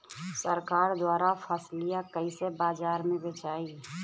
सरकार द्वारा फसलिया कईसे बाजार में बेचाई?